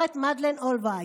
הגב' מדלן אולברייט: